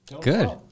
Good